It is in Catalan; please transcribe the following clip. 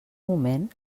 moment